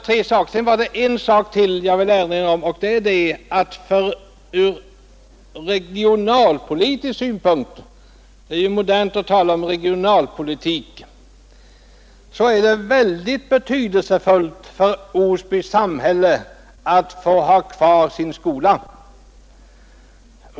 Ur regionalpolitisk synpunkt — det är ju modernt att tala om regionalpolitik — är det väldigt betydelsefullt för Osby samhälle att få ha kvar sin skola.